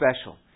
special